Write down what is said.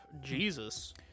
Jesus